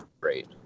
great